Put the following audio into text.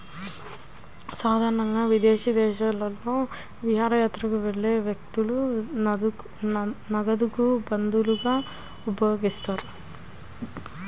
సాధారణంగా విదేశీ దేశాలలో విహారయాత్రకు వెళ్లే వ్యక్తులు నగదుకు బదులుగా ఉపయోగిస్తారు